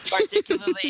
particularly